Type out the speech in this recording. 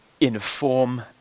inform